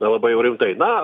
labai jau rimtai na